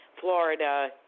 Florida